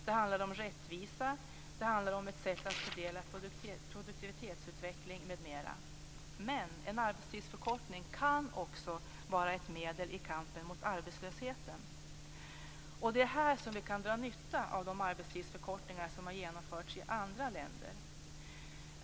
Det handlar om rättvisa och ett sätt att fördela produktivitetsutveckling m.m. Men en arbetstidsförkortning kan också vara ett medel i kampen mot arbetslösheten. Och det är här som vi kan dra nytta av de arbetstidsförkortningar som genomförts i andra länder.